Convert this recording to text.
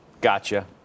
Gotcha